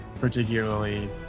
particularly